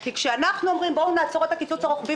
כי כשאנחנו אומרים: בואו נעצור את הקיצוץ הרוחבי,